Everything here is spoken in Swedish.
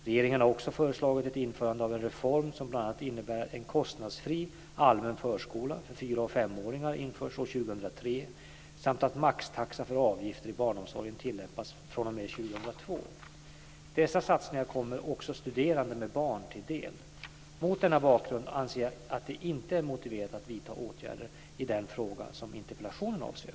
Regeringen har också föreslagit ett införande av en reform som bl.a. innebär att en kostnadsfri allmän förskola för fyra och femåringar införs år 2003 samt att maxtaxa för avgifter i barnomsorgen tillämpas fr.o.m. år 2002. Dessa satsningar kommer också studerande med barn till del. Mot denna bakgrund anser jag att det inte är motiverat att vidta åtgärder i den fråga interpellationen avser.